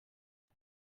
two